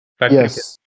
Yes